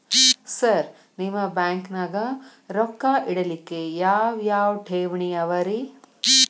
Sir ನಿಮ್ಮ ಬ್ಯಾಂಕನಾಗ ರೊಕ್ಕ ಇಡಲಿಕ್ಕೆ ಯಾವ್ ಯಾವ್ ಠೇವಣಿ ಅವ ರಿ?